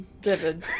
david